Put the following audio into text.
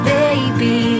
baby